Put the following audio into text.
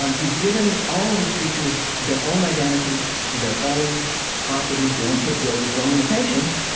um he's given all of his creatures their own identity, their own properties, their own capabilities, their own limitations.